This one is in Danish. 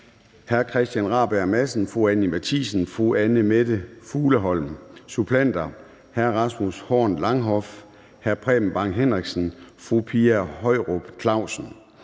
1 Christian Rabjerg Madsen (S) 2 Anni Matthiesen (V) 3 Anne Mette Fugleholm Suppleanter: 4 Rasmus Horn Langhoff (S) 5 Preben Bang Henriksen (V) 6 Pia Højrup Clausen